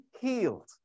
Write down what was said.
healed